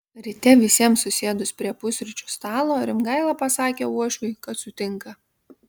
ryte visiems susėdus prie pusryčių stalo rimgaila pasakė uošviui kad sutinka